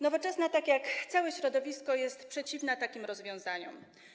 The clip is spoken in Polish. Nowoczesna, tak jak całe środowisko, jest przeciwna takim rozwiązaniom.